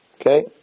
Okay